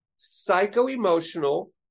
psycho-emotional